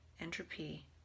entropy